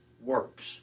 works